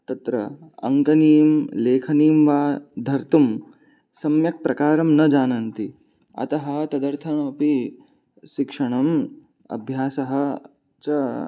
तत्र अङ्कनीं लेखनीं वा धर्तुं सम्यक् प्रकारं न जानन्ति अतः तदर्थमपि शिक्षणम् अभ्यासः च